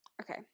Okay